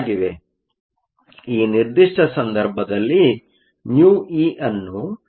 ಆದ್ದರಿಂದ ಈ ನಿರ್ದಿಷ್ಟ ಸಂದರ್ಭದಲ್ಲಿ μe ಅನ್ನು 88125216